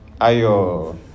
Ayo